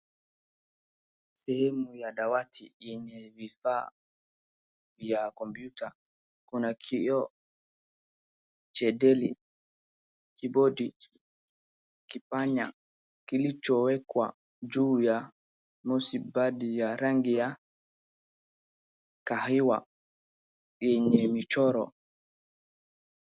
Sehemu ya dawati yenye vifaa vya kompyuta, kuna kioo, jedeli, kibodi, kipanya kilichowekwa juu ya mouse pad rangi ya kahawia yenye michoro.